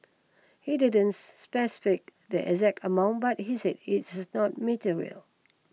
he didn't specify the exact amount but he said it's not material